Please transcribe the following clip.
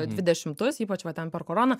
dvidešimtus ypač va ten per koroną